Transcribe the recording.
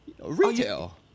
Retail